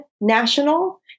national